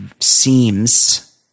seems